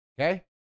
okay